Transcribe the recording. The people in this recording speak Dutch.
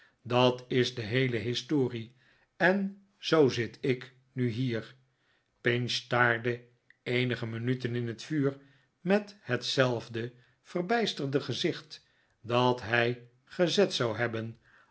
dat is de heele historie en zoo zit ik nu hier pinch staarde eenige minuten in het vuur met hetzelfde verbijsterde gezicht dat hij gezet zou hebben